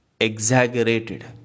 exaggerated